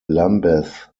lambeth